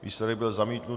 Výsledek byl zamítnut.